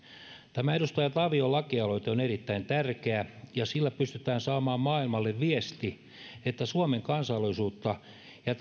tämä edustaja tavion lakialoite on erittäin tärkeä ja sillä pystytään saamaan maailmalle viesti että suomen kansalaisuutta ja